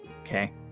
okay